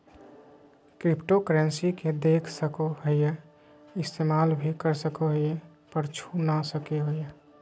cryptocurrency के देख सको हीयै इस्तेमाल भी कर सको हीयै पर छू नय सको हीयै